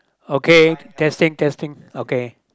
okay testing testing okay